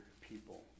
people